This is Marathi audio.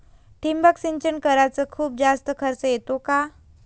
ठिबक सिंचन कराच खूप जास्त खर्च येतो का?